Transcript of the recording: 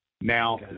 Now